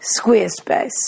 Squarespace